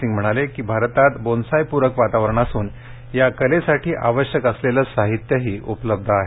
सिंग म्हणाले की भारतात बोन्सायपूरक वातावरण असून या कलेसाठी आवश्यक असलेले साहित्यही उपलब्ध आहे